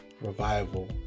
Revival